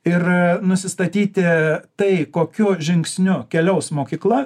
ir nusistatyti tai kokiu žingsniu keliaus mokykla